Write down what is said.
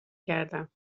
کردم